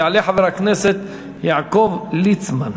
יעלה חבר הכנסת יעקב ליצמן.